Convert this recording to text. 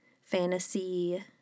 fantasy